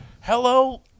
Hello